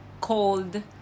cold